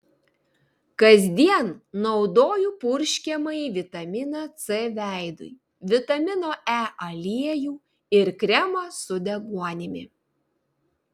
kasdien naudoju purškiamąjį vitaminą c veidui vitamino e aliejų ir kremą su deguonimi